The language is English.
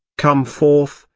come forth,